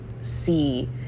see